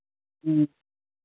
ह्म्म